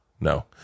No